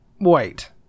Wait